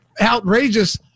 outrageous